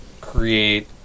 create